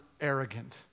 arrogant